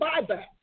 buyback